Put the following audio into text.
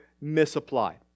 misapplied